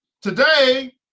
Today